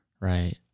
right